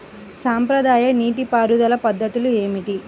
సాంప్రదాయ నీటి పారుదల పద్ధతులు ఏమిటి?